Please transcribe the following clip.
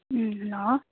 hello